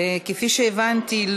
כפי שהבנתי,